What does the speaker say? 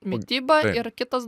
mitybą ir kitas